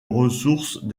ressources